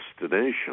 destination